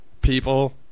People